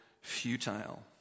futile